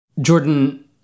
Jordan